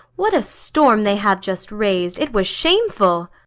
what a storm they have just raised! it was shameful!